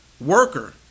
worker